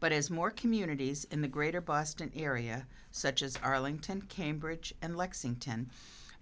but as more communities in the greater boston area such as arlington cambridge and lexington